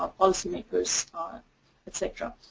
um policy makers et cetera.